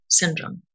syndrome